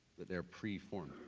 that they are pre-formed.